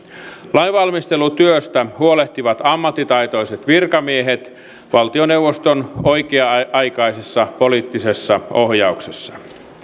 lainvalmistelutyöstä huolehtivat ammattitaitoiset virkamiehet valtioneuvoston oikea aikaisessa poliittisessa ohjauksessa